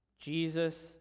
Jesus